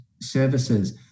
services